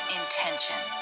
intention